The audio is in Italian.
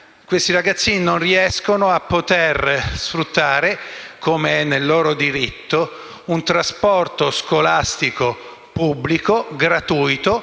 e di Amantea, non riescono a sfruttare, come è nel loro diritto, un trasporto scolastico pubblico gratuito.